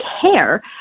care